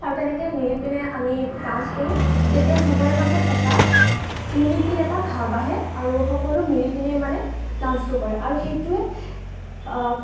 আৰু তেনেকৈ মিলি পিনে আমি ডান্স কৰোঁ তেতিয়া সবৰে মাজত এটা ইউনিটিৰ এটা ভাব আহে আৰু সকলোৱে মিলি পেনি মানে ডান্সটো কৰে আৰু সেইটোৱে